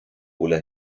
ulla